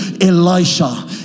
Elisha